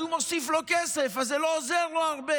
אז הוא מוסיף לו כסף, אבל זה לא עוזר לו הרבה.